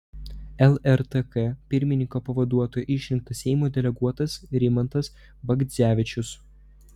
lrtk pirmininko pavaduotoju išrinktas seimo deleguotas rimantas bagdzevičius